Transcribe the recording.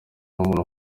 n’umuntu